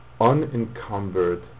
unencumbered